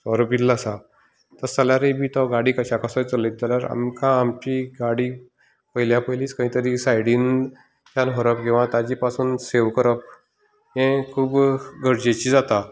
वो भिल्ल आसा तस जाल्यारूय बी तो गाडी कश्याय कसो चलयता जाल्यार आमकां आमची गाडी पयल्या पयलीच खंय तरी सायडींतल्यान व्हरप किंवा ताजें पसून सेव करप हें खूब गरजेचें जाता